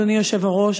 אדוני היושב-ראש,